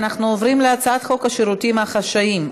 אנחנו עוברים להצעת חוק השירותים החשאיים,